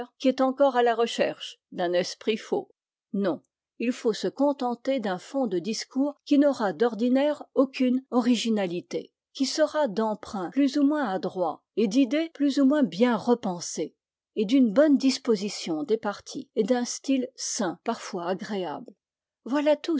qui est encore à la recherche d'un esprit faux non il faut se contenter d'un fond de discours qui n'aura d'ordinaire aucune originalité qui sera d'emprunt plus ou moins adroit et d'idées plus ou moins bien repensées et d'une bonne disposition des parties et d'un style sain parfois agréable voilà tout